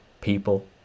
people